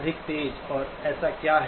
अधिक तेज़ और ऐसा क्यों है